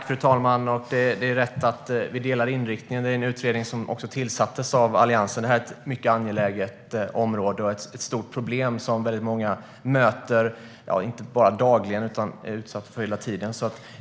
Fru talman! Det stämmer att vi delar uppfattning om inriktningen. Det är en utredning som tillsattes av Alliansen. Detta är ett mycket angeläget område. Det är ett stort problem som väldigt många möter inte bara dagligen - de är utsatta för detta hela tiden.